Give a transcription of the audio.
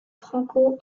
franco